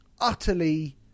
utterly